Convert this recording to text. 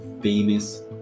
famous